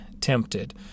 tempted